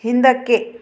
ಹಿಂದಕ್ಕೆ